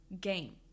game